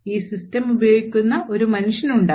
ഈ സിസ്റ്റം ഉപയോഗിക്കുന്ന ഒരു മനുഷ്യനുണ്ടാകും